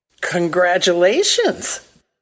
Congratulations